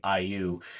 IU